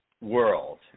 world